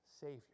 Savior